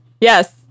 Yes